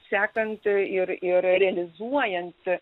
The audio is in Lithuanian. sekant ir ir realizuojant